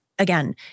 Again